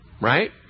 Right